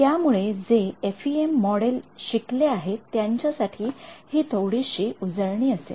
त्यामुळे जे FEM model शिकले आहेत त्यांच्यासाठी हि थोडीशी उजळणी असेल